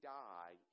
die